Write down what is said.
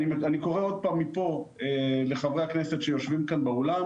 אני קורא עוד פעם מפה לחברי הכנסת שיושבים כאן באולם,